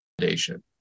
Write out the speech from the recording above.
foundation